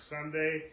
Sunday